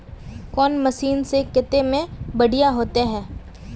कौन मशीन से कते में बढ़िया होते है?